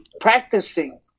practicing